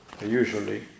usually